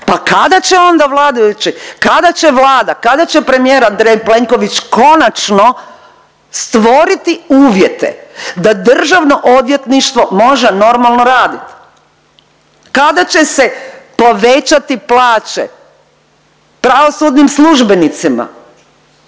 kada će Vlada, kada će premijer Andrej Plenković konačno stvoriti uvjete da državno odvjetništvo može normalno raditi? Kada će se povećati plaće pravosudnim službenicima